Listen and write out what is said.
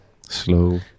slow